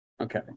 Okay